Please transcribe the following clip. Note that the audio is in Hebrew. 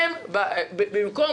במקום